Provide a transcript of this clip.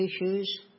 issues